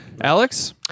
Alex